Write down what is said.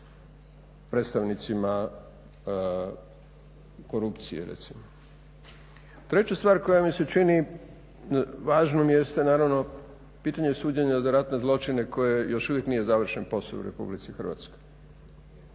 predstavnicima korupcije recimo. Treća stvar koja mi se čini važnom jeste naravno pitanje suđenja za ratne zločine koje još uvijek nije završen posao u RH. Mi pratimo